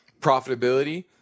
profitability